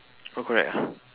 all correct ah